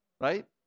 Right